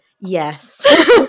Yes